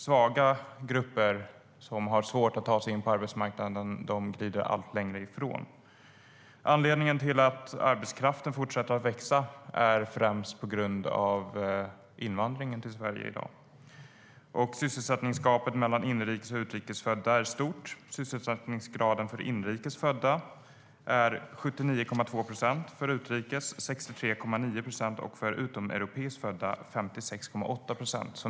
Svaga grupper som har svårt att komma in på arbetsmarknaden glider allt längre ifrån den. Anledningen till att arbetskraften fortsätter att växa är främst invandringen till Sverige. Sysselsättningsgapet mellan inrikes och utrikes födda är stort. Sysselsättningsgraden för inrikes födda är 79,2 procent. För utrikes födda är den 63,9 procent, och för utomeuropeiskt födda är den 56,8 procent.